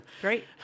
Great